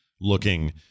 looking